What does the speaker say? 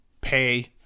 pay